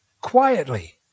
Quietly